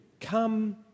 come